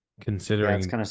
considering